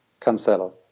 Cancelo